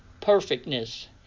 perfectness